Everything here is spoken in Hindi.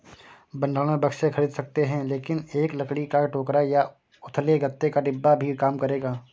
भंडारण बक्से खरीद सकते हैं लेकिन एक लकड़ी का टोकरा या उथले गत्ते का डिब्बा भी काम करेगा